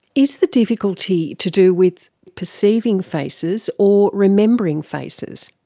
is the difficulty to do with perceiving faces or remembering faces?